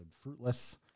fruitless